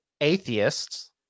atheists